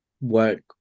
work